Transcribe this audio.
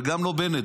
וגם לא בנט,